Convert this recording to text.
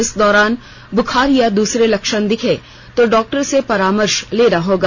इस दौरान बुखार या दूसरे लक्षण दिखें तो डॉक्टर से परामर्श लेना होगा